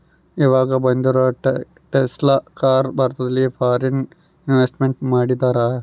ಈವಾಗ ಬಂದಿರೋ Tesla car ಭಾರತದಲ್ಲಿ ಫಾರಿನ್ ಇನ್ವೆಸ್ಟ್ಮೆಂಟ್ ಮಾಡಿದರಾ